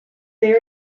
they